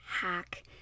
hack